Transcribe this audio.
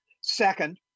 Second